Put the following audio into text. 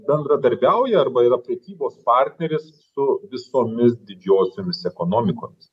bendradarbiauja arba yra prekybos partneris su visomis didžiosiomis ekonomikomis